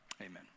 Amen